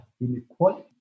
inequality